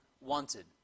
wanted